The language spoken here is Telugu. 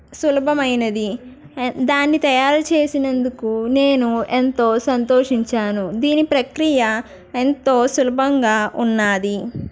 సులభమైనది దాన్ని తయారు చేసినందుకు నేను ఎంతో సంతోషించాను దీని ప్రక్రియ ఎంతో సులభంగా ఉన్నది